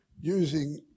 using